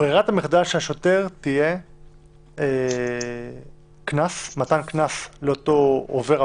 ברירת המחדל של השוטר תהיה מתן קנס לאותו אחד,